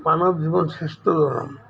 মানৱ জীৱন শ্ৰেষ্ঠ ধৰম